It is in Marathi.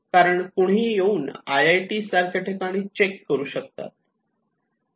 कारण कुणीही येऊन आय आय टी सारख्या ठिकाणी चेक करू शकतात